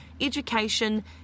education